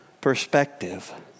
perspective